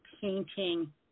painting